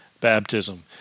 Baptism